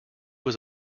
was